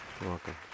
Welcome